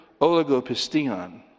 oligopistion